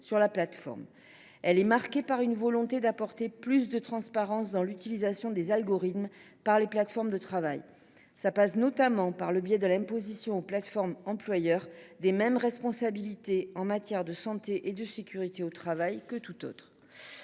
sur la plateforme. Elle est encore marquée par une volonté d’apporter plus de transparence dans l’utilisation des algorithmes par les plateformes de travail. Elle tend enfin à imposer aux plateformes employeurs les mêmes responsabilités en matière de santé et de sécurité au travail qu’à tout autre